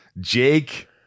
Jake